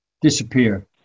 disappear